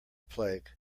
plague